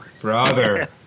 Brother